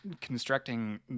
constructing